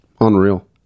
Unreal